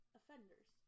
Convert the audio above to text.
offenders